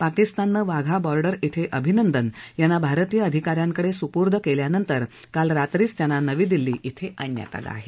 पाकिस्ताननं वाघा बॉर्डर क्वे अभिनंदन यांना भारतीय अधिका यांकडे सुपूर्द केल्यानंतर काल रात्रीच त्यांना नवी दिल्ली क्वे आणण्यात आलं आहे